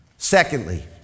Secondly